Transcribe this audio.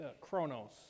chronos